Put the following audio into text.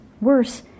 Worse